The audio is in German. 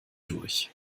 durch